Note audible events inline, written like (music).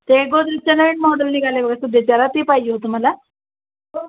ते गोदरेजचं नवीन मॉडेल निघाले आहे बघा (unintelligible) ती पाहिजे होतं मला